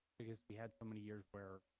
because we had so many years where